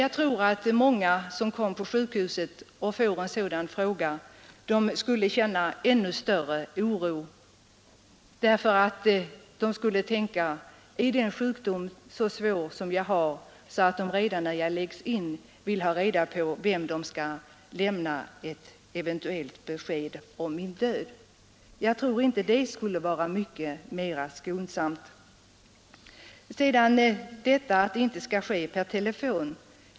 Jag tror dock att många som tas in på sjukhus och får en sådan fråga då skulle känna ännu större oro, eftersom de skulle tänka: ”Är den sjukdom som jag har så svår, att de redan när jag läggs in vill ha reda på till vem de skall lämna ett eventuellt besked om min död?” Jag tror inte det skulle vara mycket mera skonsamt. Enligt herr Börjesson skall ett meddelande inte lämnas per telefon.